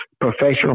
professional